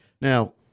Now